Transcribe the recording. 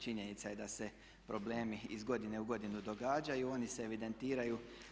Činjenica je da se problemi iz godine u godinu događaju, oni se evidentiraju.